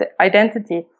identity